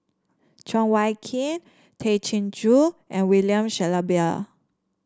Cheng Wai Keung Tay Chin Joo and William Shellabear